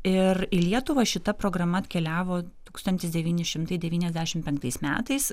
ir į lietuvą šita programa atkeliavo tūkstantis devyni šimtai devyniasdešimt penktais metais